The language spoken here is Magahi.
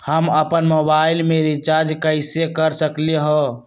हम अपन मोबाइल में रिचार्ज कैसे कर सकली ह?